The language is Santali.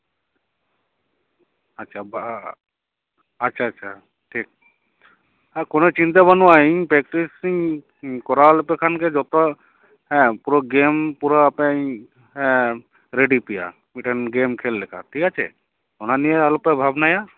ᱟᱪᱪᱷᱟ ᱟᱪᱪᱷᱟ ᱟᱪᱪᱷᱟ ᱴᱷᱤᱠ ᱠᱳᱱᱳ ᱪᱤᱱᱛᱟᱹ ᱵᱟᱱᱩᱜᱼᱟ ᱤᱧ ᱯᱨᱮᱠᱴᱤᱥ ᱤᱧ ᱠᱚᱨᱟᱣ ᱞᱮᱯᱮ ᱠᱷᱟᱱᱜᱮ ᱡᱚᱛᱚ ᱦᱮᱸ ᱯᱩᱨᱟᱹ ᱜᱮᱢ ᱯᱩᱨᱟᱹ ᱟᱯᱮᱧ ᱦᱮᱸ ᱨᱮᱰᱤ ᱯᱮᱭᱟ ᱢᱤᱫᱴᱮᱱ ᱜᱮᱢ ᱠᱷᱮᱞ ᱞᱮᱠᱟ ᱴᱷᱤᱠ ᱟᱪᱪᱷᱮ ᱚᱱᱟ ᱱᱤᱭᱮ ᱟᱞᱚᱯᱮ ᱵᱷᱟᱵᱱᱟᱭᱟ